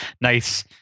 nice